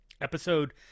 Episode